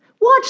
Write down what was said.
Watch